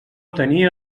tenia